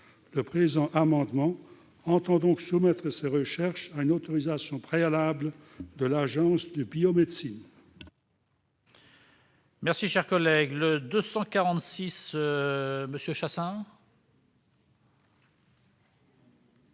oeuvre. Cet amendement vise donc à soumettre ces recherches à une autorisation préalable de l'Agence de la biomédecine.